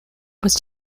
was